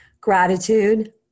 gratitude